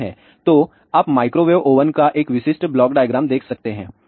तो आप microwave oven का एक विशिष्ट ब्लॉक डायग्राम देख सकते हैं